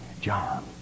John